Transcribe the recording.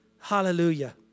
Hallelujah